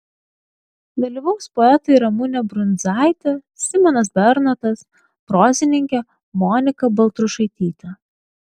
dalyvaus poetai ramunė brundzaitė simonas bernotas prozininkė monika baltrušaitytė